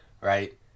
right